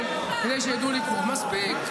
אמת,